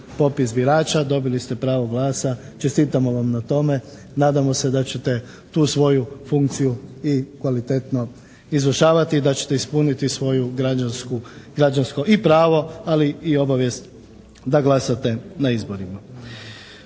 popis birača, dobili ste pravo glasa, čestitamo vam na tome, nadamo se da ćete tu svoju funkciju i kvalitetno izvršavati, da ćete ispuniti svoje građansko i pravo, ali i obavijest da glasate na izborima.